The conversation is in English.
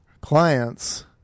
clients